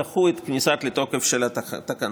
ודחו את הכניסה לתוקף של התקנות.